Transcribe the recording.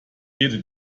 jede